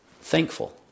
Thankful